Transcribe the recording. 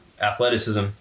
athleticism